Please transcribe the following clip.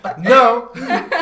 No